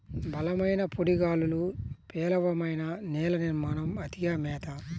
బలమైన పొడి గాలులు, పేలవమైన నేల నిర్మాణం, అతిగా మేత